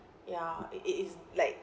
ya it is like